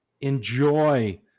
enjoy